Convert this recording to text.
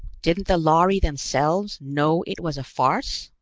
didn't the lhari themselves know it was a farce?